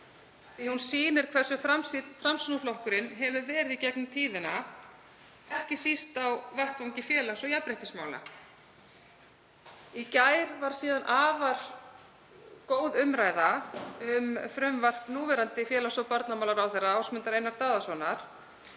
að hún sýnir hversu framsýnn Framsóknarflokkurinn hefur verið í gegnum tíðina, ekki síst á vettvangi félags- og jafnréttismála. Í gær var síðan afar góð umræða um frumvarp núverandi félags- og barnamálaráðherra, Ásmundar Einars Daðasonar,